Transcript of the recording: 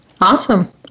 Awesome